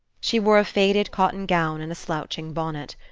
she wore a faded cotton gown and a slouching bonnet.